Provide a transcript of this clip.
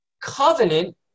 covenant